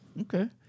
Okay